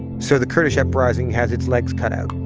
so the kurdish uprising has its legs cut out